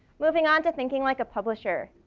moving on to thinking like a publisher.